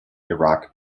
iraq